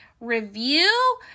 review